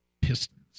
Pistons